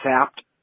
sapped